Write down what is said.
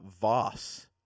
Voss